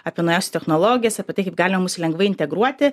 apie naujausias technologijas apie tai kaip galima mus lengvai integruoti